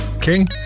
King